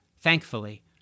thankfully